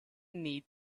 need